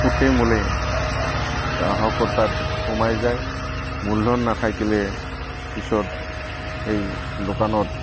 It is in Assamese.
সূতে মূলে গ্ৰাহকৰ তাত সোমাই যায় মূলধন নাথাকিলে পিছত এই দোকানত